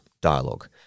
Dialogue